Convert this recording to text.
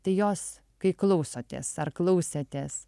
tai jos kai klausotės ar klausėtės